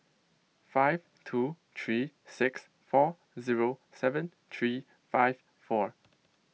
five two three six four zero seven three five four